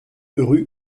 rue